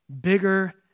bigger